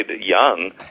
young